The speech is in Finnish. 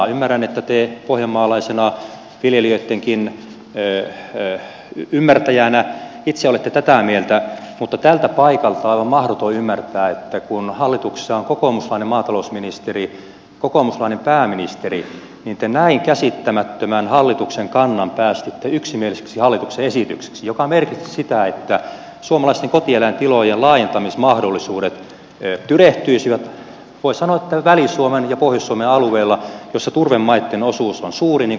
ymmärrän että te pohjanmaalaisena viljelijöittenkin ymmärtäjänä itse olette tätä mieltä mutta tältä paikalta on aivan mahdoton ymmärtää että kun hallituksessa on kokoomuslainen maatalousministeri kokoomuslainen pääministeri niin te näin käsittämättömän hallituksen kannan päästitte yksimieliseksi hallituksen esitykseksi joka merkitsee sitä että suomalaisten kotieläintilojen laajentamismahdollisuudet tyrehtyisivät voi sanoa että väli suomen ja pohjois suomen alueilla joilla turvemaitten osuus on suuri niin kuin hyvin tiedätte